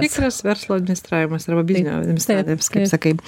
tikras verslo administravimas arba biznio administravimas kaip sakai